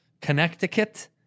Connecticut